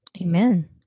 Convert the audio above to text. Amen